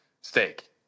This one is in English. Steak